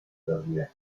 zabijać